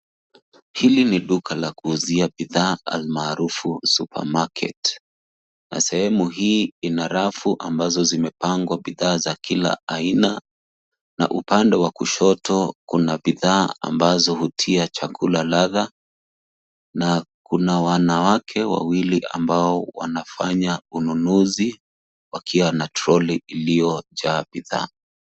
Hili ni duka la kuuzia bidhaa, almaarufu, Supermarket , na sehemu hii ina rafu ambazo zimepangwa bidhaa za kila aina, na upande wa kushoto kuna bidhaa ambazo hutia chakula ladha, na kuna wanawake wawili ambao wanafanya ununuzi wakiwa na troli iliyojaa bidhaa.